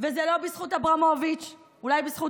וזה לא בזכות אברמוביץ' אולי בזכות